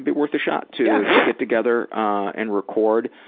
but worth a shot to to get together and record.